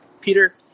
Peter